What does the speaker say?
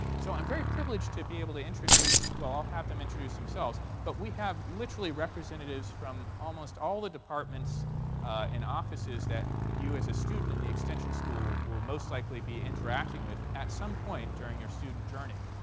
so i'm very privileged to be able to introduce well, i'll have them introduce themselves. but we have literally representatives from almost all the departments and offices that you, as a student in the extension school, will most likely be interacting with at some point during your student journey.